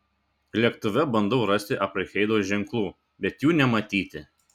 lėktuve bandau rasti apartheido ženklų bet jų nematyti